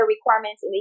requirements